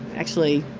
actually,